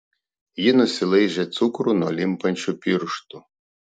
ji nusilaižė cukrų nuo limpančių pirštų